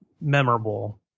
memorable